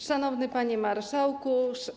Szanowny Panie Marszałku!